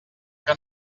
que